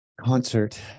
Concert